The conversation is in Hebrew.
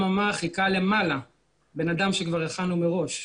למעלה חיכה בן אדם שכבר הכנו מראש,